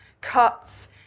cuts